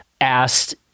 Asked